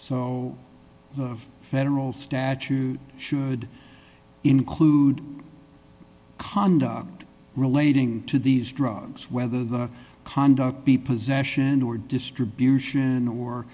so the federal statute should include conduct relating to these drugs whether the conduct be possession or distribution or